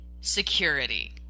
Security